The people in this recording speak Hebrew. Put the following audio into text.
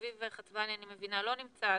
אני מבינה שאביב חצבני לא נמצא,